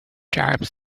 tribes